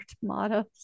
tomatoes